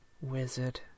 Wizard